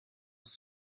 ist